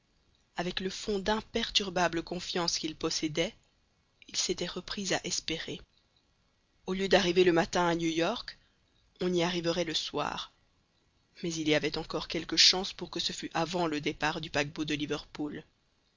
avec le fond d'imperturbable confiance qu'il possédait il s'était repris à espérer au lieu d'arriver le matin à new york on y arriverait le soir mais il y avait encore quelques chances pour que ce fût avant le départ du paquebot de liverpool